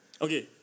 Okay